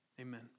amen